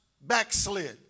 backslid